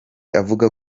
avuga